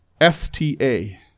S-T-A